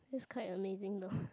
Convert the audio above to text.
that's quite amazing though